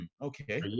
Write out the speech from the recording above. okay